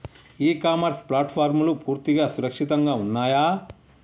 E commerce ప్లాట్ఫారమ్లు పూర్తిగా సురక్షితంగా ఉన్నయా?